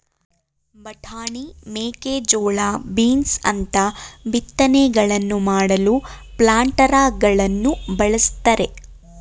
ಬಟಾಣಿ, ಮೇಕೆಜೋಳ, ಬೀನ್ಸ್ ಅಂತ ಬಿತ್ತನೆಗಳನ್ನು ಮಾಡಲು ಪ್ಲಾಂಟರಗಳನ್ನು ಬಳ್ಸತ್ತರೆ